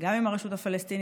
גם עם הרשות הפלסטינית,